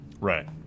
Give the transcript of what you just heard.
right